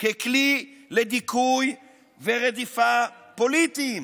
ככלי לדיכוי ורדיפה פוליטיים?